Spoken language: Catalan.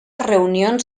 reunions